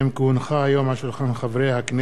כי הונחה היום על שולחן הכנסת,